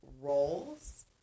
roles